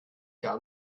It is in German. gar